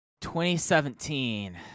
2017